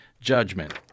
judgment